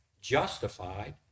justified